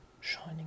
shining